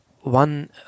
one